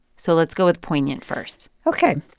so let's go with poignant first ok.